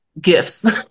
gifts